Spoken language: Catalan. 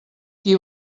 qui